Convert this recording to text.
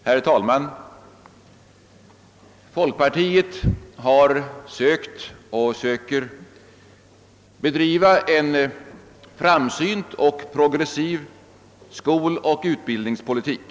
Herr talman! Folkpartiet har sökt och söker bedriva en framsynt och progressiv skoloch utbildningspolitik.